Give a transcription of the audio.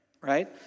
right